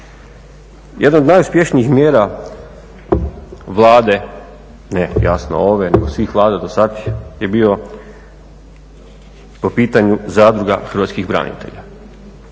Jedna od najuspješnijih mjera Vlade ne jasno ove nego svih vlada do sad je bio po pitanju zadruga hrvatskih branitelja.